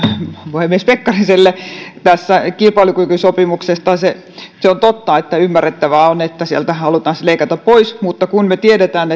puhemies pekkariselle kilpailukykysopimuksesta se se on totta että ymmärrettävää on että sieltä haluttaisiin leikata pois mutta me tiedämme